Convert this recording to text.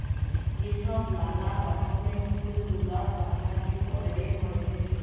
যে ছব লালা রকমের ফুল গুলা গাহাছে ক্যইরে হ্যইতেছে